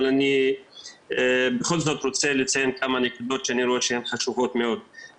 אבל אני בכל זאת רוצה לציין כמה נקודות שאני רואה שהן חשובות מאוד.